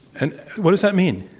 and what does that mean?